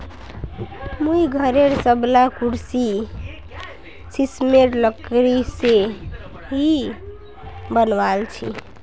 मुई घरेर सबला कुर्सी सिशमेर लकड़ी से ही बनवाल छि